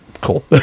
cool